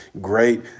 great